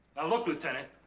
look lieutenant